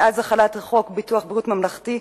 מאז החלת חוק ביטוח בריאות ממלכתי,